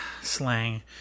slang